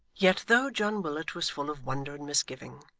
yet, though john willet was full of wonder and misgiving,